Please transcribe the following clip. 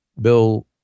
Bill